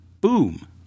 boom